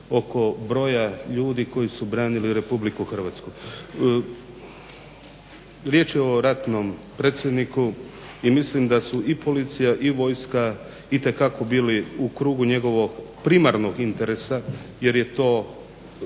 Riječ je o ratnom predsjedniku i mislim da su i policija i vojska itekako bili u krugu njegovog primarnog interesa jer je to